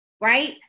right